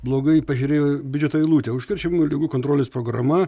blogai pažiūrėjo biudžeto eilutę užkrečiamųjų ligų kontrolės programa